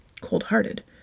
cold-hearted